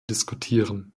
diskutieren